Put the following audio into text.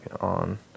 on